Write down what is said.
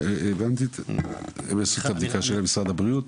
הבנתי הם יעשו את הבדיקה שלהם משרד הבריאות.